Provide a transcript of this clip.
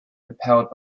repelled